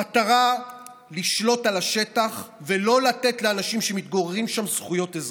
המטרה היא לשלוט על השטח ולא לתת לאנשים שמתגוררים שם זכויות אזרח.